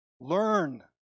Learn